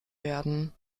werden